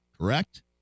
correct